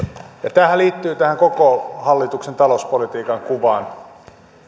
tämähän liittyy tähän koko hallituksen talouspolitiikan kuvaan